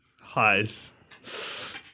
Highs